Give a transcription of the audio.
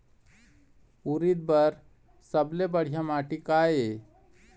उरीद बर सबले बढ़िया माटी का ये?